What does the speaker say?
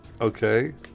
Okay